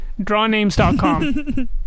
Drawnames.com